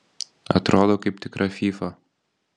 atrodo kaip tikra fyfa